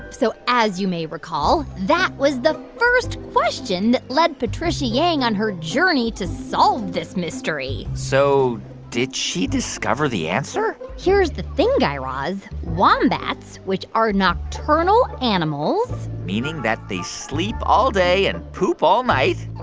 so as you may recall, that was the first question that led patricia yang on her journey to solve this mystery so did she discover the answer? here's the thing, guy raz. wombats, which are nocturnal animals. meaning that they sleep all day and poop all night